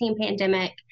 pandemic